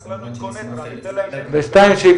שיפתח את קונטרה, אנחנו